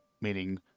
meaning